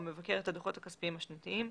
המבקר את הדוחות הכספיים השנתיים,